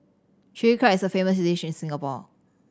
Chilli Crab is a famous dish in Singapore